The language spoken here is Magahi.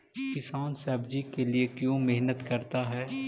किसान सब्जी के लिए क्यों मेहनत करता है?